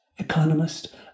economist